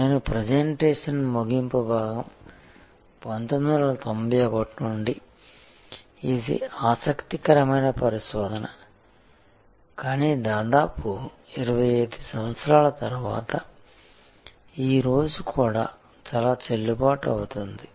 png నేటి presentation ముగింపు భాగం 1991 నుండి ఇది ఆసక్తికరమైన పరిశోధన కానీ దాదాపు 25 సంవత్సరాల తర్వాత ఈరోజు కూడా చాలా చెల్లుబాటు అవుతుంది